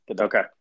Okay